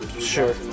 Sure